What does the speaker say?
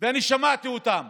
ואני שמעתי אותם